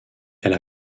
elle